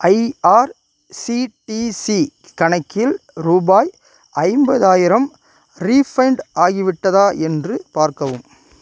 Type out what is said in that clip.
IRCTC கணக்கில் ரூபாய் ஐம்பதாயிரம் ரீஃபண்ட் ஆகிவிட்டதா என்று பார்க்கவும்